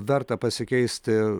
verta pasikeisti